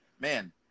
man